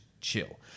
Chill